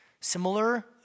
similar